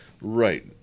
Right